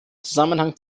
zusammenhang